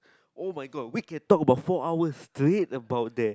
oh my god we can talk about four hours straight about that